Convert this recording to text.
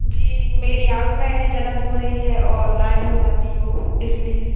जी मेरी आँख में जलन हो रही है और लाल हो जाती है वह इसलिए